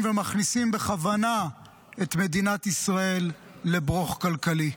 ומכניסים בכוונה את מדינת ישראל לברוך כלכלי,